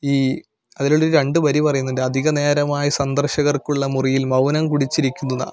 ഈ അതിലുള്ള ഒരു രണ്ട് വരി പറയുന്നുണ്ട് അധിക നേരമായ് സന്ദർശകർക്കുള്ള മുറിയിൽ മൗനം കുടിച്ചിരിക്കുന്നു നാം